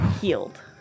healed